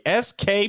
SK